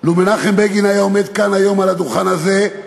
לו עמד מנחם בגין כאן היום על הדוכן הזה,